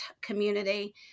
community